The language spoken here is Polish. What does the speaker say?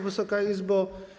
Wysoka Izbo!